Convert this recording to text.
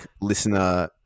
listener